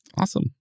Awesome